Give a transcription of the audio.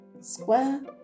square